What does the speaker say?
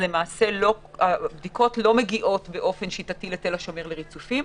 למעשה הבדיקות לא מגיעות באופן שיטתי לתל השומר לריצופים.